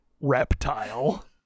Reptile